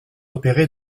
opéré